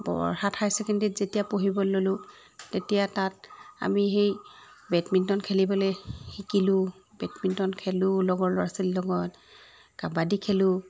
Borhat high ছেকেণ্ডেৰীত যেতিয়া পঢ়িবলৈ ল'লোঁ তেতিয়া তাত আমি সেই বেডমিণ্টন খেলিবলৈ শিকিলোঁ বেডমিণ্টন খেলোঁ লগৰ ল'ৰা ছোৱালীৰ লগত কাবাডি খেলোঁ